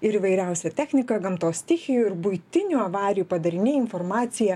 ir įvairiausia technika gamtos stichijų ir buitinių avarijų padariniai informacija